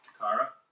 Kara